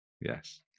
Yes